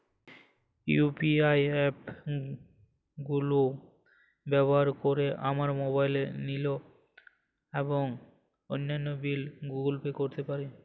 UPI app গুলো ব্যবহার করে আমরা মোবাইল নিল এবং অন্যান্য বিল গুলি পে করতে পারি